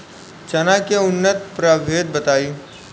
चना के उन्नत प्रभेद बताई?